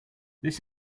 this